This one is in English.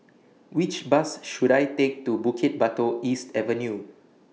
Which Bus should I Take to Bukit Batok East Avenue